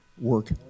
work